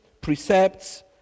precepts